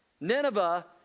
Nineveh